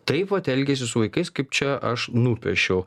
taip vat elgiasi su vaikais kaip čia aš nupiešiau